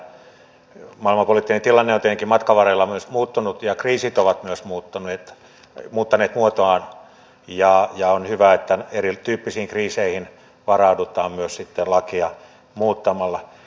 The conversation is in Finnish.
maailmanpoliittinen tilanne on tietenkin matkan varrella myös muuttunut ja kriisit ovat myös muuttaneet muotoaan ja on hyvä että erityyppisiin kriiseihin varaudutaan myös sitten lakia muuttamalla